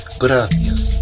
gracias